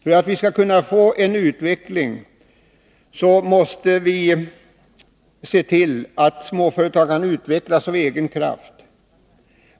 För att vi skall kunna få en utveckling måste vi se till att småföretagandet utvecklas av egen kraft.